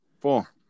Four